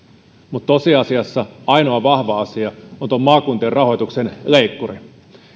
mutta tosiasiassa ainoa vahva asia on tuo maakuntien rahoituksen leikkuri